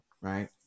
right